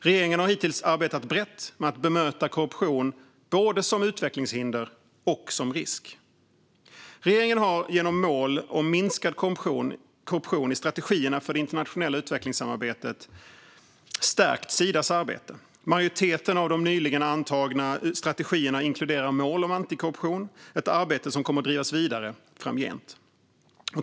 Regeringen har hittills arbetat brett med att bemöta korruption både som utvecklingshinder och som risk. Regeringen har genom mål om minskad korruption i strategierna för det internationella utvecklingssamarbetet stärkt Sidas arbete. Majoriteten av de nyligen antagna strategierna inkluderar mål om antikorruption, ett arbete som kommer att drivas vidare framgent.